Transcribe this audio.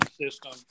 system